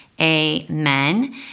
Amen